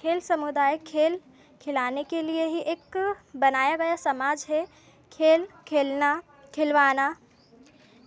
खेल समुदाय खेल खिलाने के लिए ही एक बनाया गया समाज है खेल खेलना खिलवाना